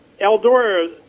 Eldora